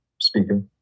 speaker